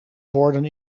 borden